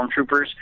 stormtroopers